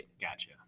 Gotcha